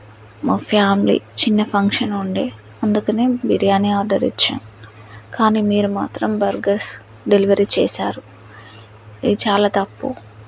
మా ఫ్యామ్లీ చిన్న ఫంక్షన్ ఉండి అందుకనే బిర్యానీ ఆర్డర్ ఇచ్చాం కానీ మీరు మాత్రం బర్గర్స్ డెలివరీ చేశారు ఇది చాలా తప్పు